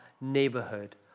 neighborhood